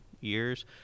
years